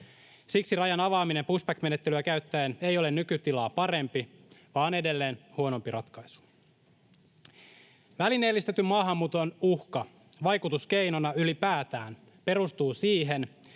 Siksi rajan avaaminen pushback-menettelyä käyttäen ei ole nykytilaa parempi, vaan edelleen huonompi ratkaisu. Välineellistetyn maahanmuuton uhka vaikutuskeinona ylipäätään perustuu siihen,